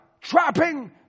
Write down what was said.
trapping